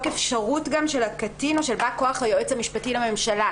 אפשרות גם של הקטין או של בא כוח היועץ המשפטי לממשלה